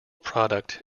product